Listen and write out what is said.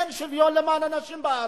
אין שוויון למען הנשים בארץ,